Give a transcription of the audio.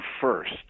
first